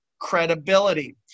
credibility